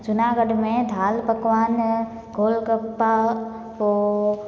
जूनागढ में दालि पकवान गोल गप्पा पोइ